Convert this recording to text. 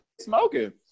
smoking